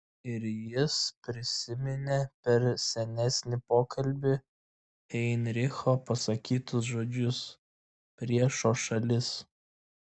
ir jis prisiminė per senesnį pokalbį heinricho pasakytus žodžius priešo šalis